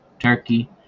turkey